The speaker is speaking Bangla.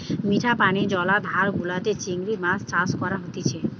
মিঠা পানি জলাধার গুলাতে চিংড়ি মাছ চাষ করা হতিছে